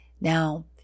Now